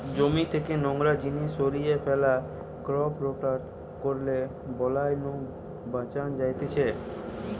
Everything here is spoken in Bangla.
জমি থেকে নোংরা জিনিস সরিয়ে ফ্যালা, ক্রপ রোটেট করলে বালাই নু বাঁচান যায়তিছে